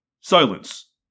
Silence